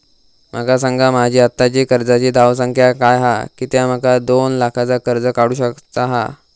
माका सांगा माझी आत्ताची कर्जाची धावसंख्या काय हा कित्या माका दोन लाखाचा कर्ज काढू चा हा?